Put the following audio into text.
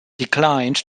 declined